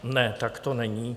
Ne, tak to není.